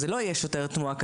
וכנראה שזה לא יהיה שוטר תנועה,